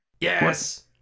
Yes